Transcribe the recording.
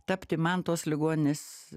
tapti man tos ligoninės